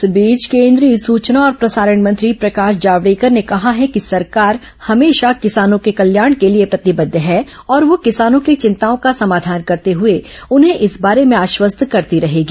इस बीच कईद्रीय सूचना और प्रसारण मंत्री प्रकाश जावड़ेकर ने कहा है कि सरकार हमेशा किसानों के कल्याण के लिए प्रतिबद्ध है और वह किसानों की चिंताओं का समाधान करते हुए उन्हें इस बारे में आश्वस्त करती रहेगी